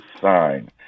sign